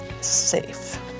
safe